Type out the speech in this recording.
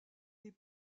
des